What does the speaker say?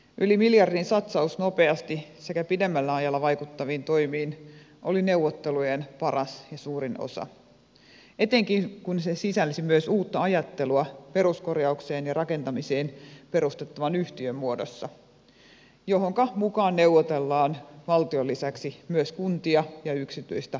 yli miljardin satsaus nopeasti sekä pidemmällä ajalla vaikuttaviin toimiin oli neuvottelujen paras ja suurin osa etenkin kun se sisälsi myös uutta ajattelua peruskorjaukseen ja rakentamiseen perustettavan yhtiön muodossa johonka neuvotellaan mukaan valtion lisäksi myös kuntia ja yksityistä puolta